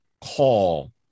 call